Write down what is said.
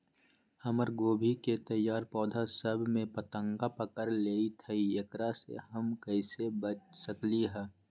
हमर गोभी के तैयार पौधा सब में फतंगा पकड़ लेई थई एकरा से हम कईसे बच सकली है?